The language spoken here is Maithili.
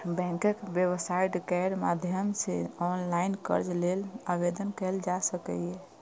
बैंकक वेबसाइट केर माध्यम सं ऑनलाइन कर्ज लेल आवेदन कैल जा सकैए